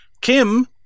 Kim